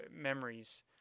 memories